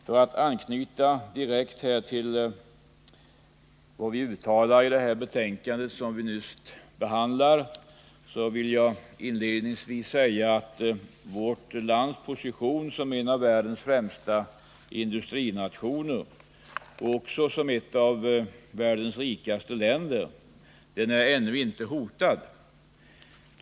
För att anknyta direkt till vad vi uttalar i det betänkande som nu behandlas vill jag säga att vårt lands position som en av världens främsta industrinationer och också ett av världens rikaste länder ännu inte är hotad.